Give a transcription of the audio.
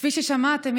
כפי ששמעתם,